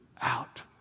out